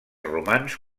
romans